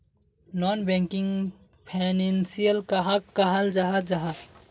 Non banking financial कहाक कहाल जाहा जाहा?